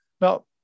Now